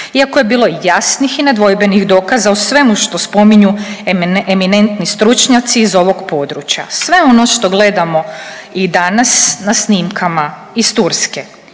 iako je bilo jasnih i nedvojbenih dokaza o svemu što spominju eminentni stručnjaci iz ovog područja. Sve ono što gledamo i danas na snimkama iz Turske